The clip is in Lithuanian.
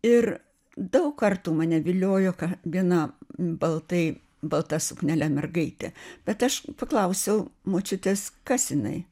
ir daug kartų mane viliojo kabino baltai balta suknele mergaitė bet aš paklausiau močiutės kas jinai